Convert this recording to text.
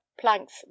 planks